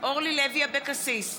אורלי לוי אבקסיס,